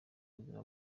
buzima